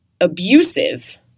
abusive